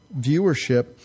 viewership